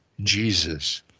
Jesus